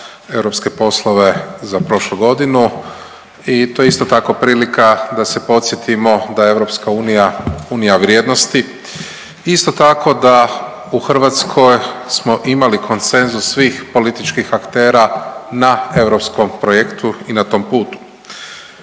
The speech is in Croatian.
europske poslove za prošlu godinu i to je isto tako prilika da se podsjetimo da je EU unija vrijednosti, isto tako da u Hrvatskoj smo imali konsenzus svih političkih aktera na europskom projektu i na tom putu.